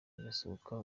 irasohoka